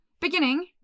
beginning